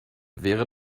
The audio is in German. wäre